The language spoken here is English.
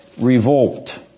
revolt